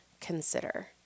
consider